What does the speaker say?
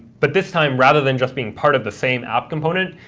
but this time rather than just being part of the same app component,